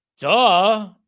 Duh